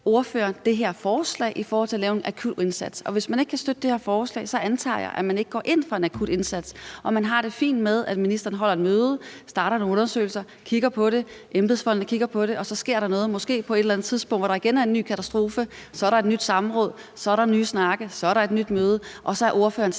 ordføreren det her forslag i forhold til at lave en akutindsats? Hvis man ikke kan støtte det her forslag, antager jeg, at man ikke går ind for en akut indsats, at man har det fint med, at ministeren holder et møde, starter nogle undersøgelser, kigger på det, embedsfolkene kigger på det, og at så sker der måske noget på et eller andet tidspunkt, hvor der igen er en ny katastrofe, og så er der et nyt samråd, så er der nye snakke, så er der et nyt møde, og så er ordføreren